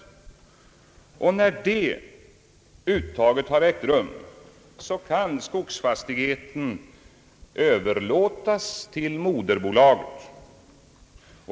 Och när det uttaget har ägt rum, kan skogsfastigheten överlåtas till moderbolaget.